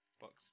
box